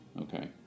Okay